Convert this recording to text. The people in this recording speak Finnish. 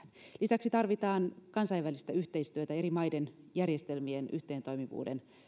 lisäksi tarvitaan kansainvälistä yhteistyötä eri maiden järjestelmien yhteentoimivuuden